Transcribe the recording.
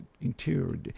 interior